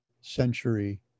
century